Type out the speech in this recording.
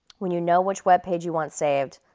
when you know which web page you want saved,